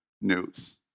news